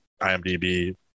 imdb